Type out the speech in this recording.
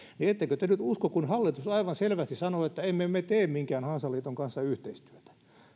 ettekö te nyt usko kun hallitus aivan selvästi sanoo että emme me tee minkään hansaliiton kanssa yhteistyötä